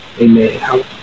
Amen